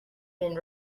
been